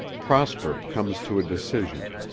prosper comes to a decision